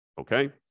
okay